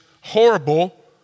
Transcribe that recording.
horrible